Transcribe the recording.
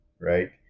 right